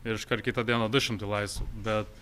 ir iškart kitą dieną du šimtai laisvu bet